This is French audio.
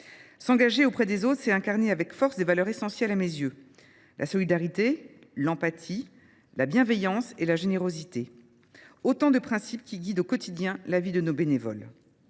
S’engager auprès des autres revient à incarner avec force des valeurs essentielles à mes yeux : la solidarité, l’empathie, la bienveillance et la générosité. Autant de principes qui guident au quotidien la vie de nos bénévoles.